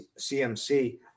CMC